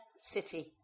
city